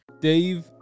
Dave